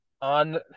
on